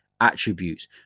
attributes